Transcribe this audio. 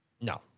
No